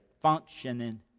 functioning